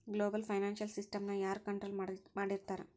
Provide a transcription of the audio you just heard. Global financial ಸಿಸ್ಟಮ್ನ ಯಾರ್ control ಮಾಡ್ತಿರ್ತಾರ?